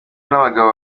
n’abagabo